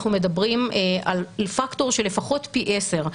אנחנו מדברים על פקטור של לפחות פי עשר,